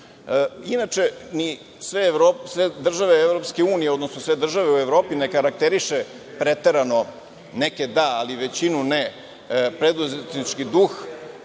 Inače, ni sve države EU, odnosno sve države u Evropi ne karakteriše preterano, neke da, ali većinu ne, preduzetnički duh,